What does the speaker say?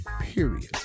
period